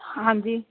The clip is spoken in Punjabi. ਹ ਹਾਂਜੀ